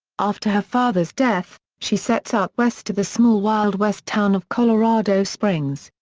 after her father's death, she sets out west to the small wild west town of colorado springs,